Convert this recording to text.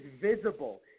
visible